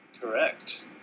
Correct